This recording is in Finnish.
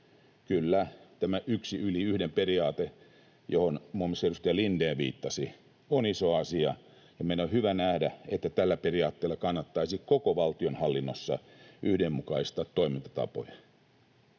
Kyllä, tämä yksi yli yhden ‑periaate, johon muun muassa edustaja Lindén viittasi, on iso asia, ja meidän on hyvä nähdä, että tällä periaatteella kannattaisi koko valtionhallinnossa yhdenmukaistaa toimintatapoja.